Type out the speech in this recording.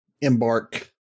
embark